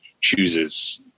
chooses